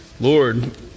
Lord